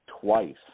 twice